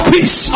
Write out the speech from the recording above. Peace